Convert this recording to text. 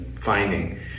finding